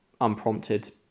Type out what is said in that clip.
unprompted